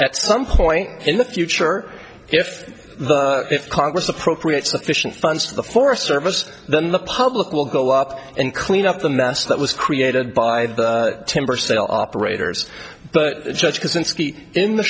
at some point in the future if the congress appropriates sufficient funds for the forest service then the public will go up and clean up the mess that was created by the timber sale operators but judge kozinski in the